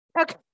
Okay